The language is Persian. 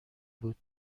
بود